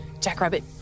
Jackrabbit